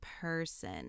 person